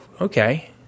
okay